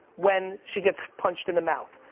when she gets punched in the mouth,